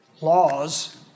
laws